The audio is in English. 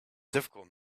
difficult